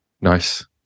Nice